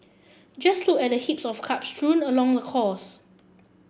just look at the heaps of cups strewn along the course